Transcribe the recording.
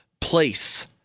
place